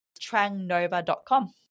trangnova.com